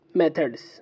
methods